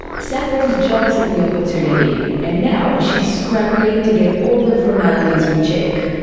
saffron jumps at the opportunity, and now she's scrambling to get all the formalities in check,